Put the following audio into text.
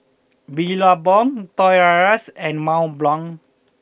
Billabong Toys R U S and Mont Blanc